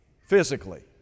physically